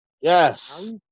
Yes